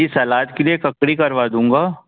जी salad के लिए ककड़ी करवा दूँगा